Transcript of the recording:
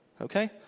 Okay